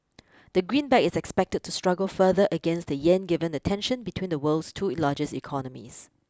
the greenback is expected to struggle further against the yen given the tension between the world's two largest economies